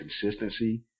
consistency